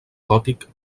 gòtic